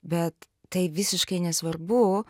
bet tai visiškai nesvarbu